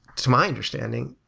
to my understanding,